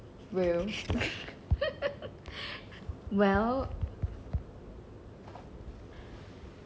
true well